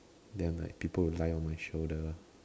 then like people will lie on my shoulder